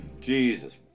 Jesus